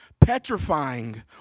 petrifying